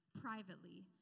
privately